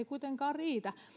kuitenkaan riitä